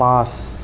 পাঁচ